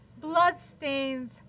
bloodstains